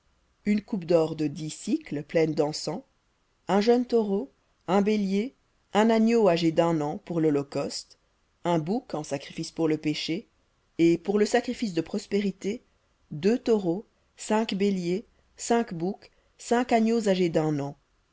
une coupe d'or de dix pleine dencens un jeune taureau un bélier un agneau âgé d'un an pour lholocauste un bouc en sacrifice pour le péché et pour le sacrifice de prospérités deux taureaux cinq béliers cinq boucs cinq agneaux âgés d'un an